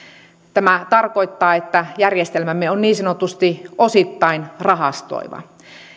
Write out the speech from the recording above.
tämä tarkoittaa että järjestelmämme on niin sanotusti osittain rahastoiva